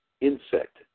insect